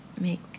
make